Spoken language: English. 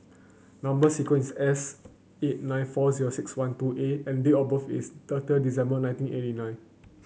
number sequence is S eight nine four zero six one two A and date of birth is thirty December nineteen eighty nine